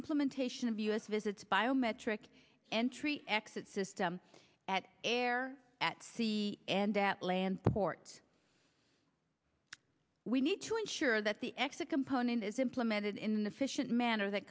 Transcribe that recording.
implementation of u s visits by o metric entry exit system at air at sea and that land ports we need to ensure that the exit component is implemented in the fission manner that